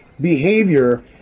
behavior